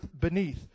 beneath